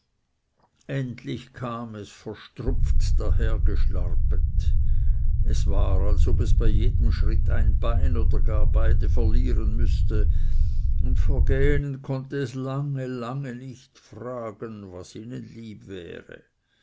endlich kam es verstrupft dahergeschlarpet es war als ob es bei jedem schritt ein bein oder gar beide verlieren müßte und vor gähnen konnte es lange lange nicht fragen was ihnen lieb wäre